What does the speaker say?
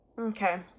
Okay